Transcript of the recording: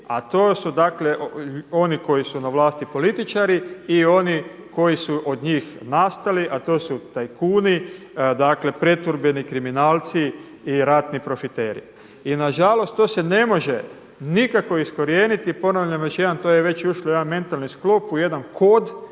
a to su oni koji su na vlasti političari i oni koji su od njih nastali, a to su tajkuni, pretvorbeni kriminalci i ratni profiteri. I nažalost to se ne može nikako iskorijeniti, ponavljam još jednom to je već ušlo u jedan mentalni sklop u jedan kod,